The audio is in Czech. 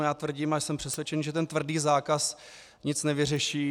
Já tvrdím a jsem přesvědčen, že ten tvrdý zákaz nic nevyřeší.